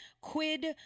quid